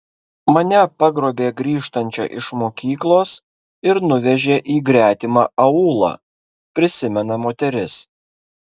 mane pagrobė grįžtančią iš mokyklos ir nuvežė į gretimą aūlą prisimena moteris